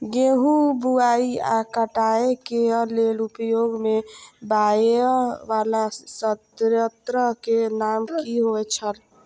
गेहूं बुआई आ काटय केय लेल उपयोग में आबेय वाला संयंत्र के नाम की होय छल?